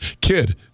Kid